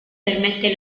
permette